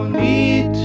need